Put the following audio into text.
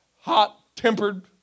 hot-tempered